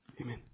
Amen